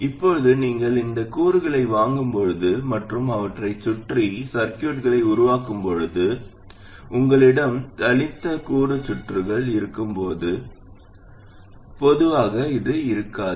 இப்போது நீங்கள் இந்த கூறுகளை வாங்கும்போது மற்றும் அவற்றைச் சுற்றி சர்கியூட்களை உருவாக்கும்போது உங்களிடம் தனித்த கூறு சுற்றுகள் இருக்கும்போது பொதுவாக இது இருக்காது